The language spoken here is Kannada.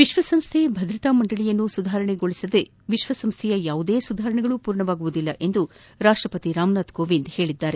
ವಿಶ್ವಸಂಸ್ಡೆ ಭದ್ರತಾ ಮಂಡಳಿಯನ್ನು ಸುಧಾರಣೆಗೊಳಿಸದೆ ವಿಶ್ವಸಂಸ್ಡೆಯ ಯಾವುದೇ ಸುಧಾರಣೆಗಳೂ ಪೂರ್ಣವಾಗುವುದಿಲ್ಲ ಎಂದು ರಾಷ್ಟ ಪತಿ ರಾಮನಾಥ್ ಕೋವಿಂದ್ ಹೇಳಿದ್ದಾರೆ